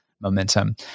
momentum